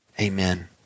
Amen